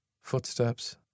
Footsteps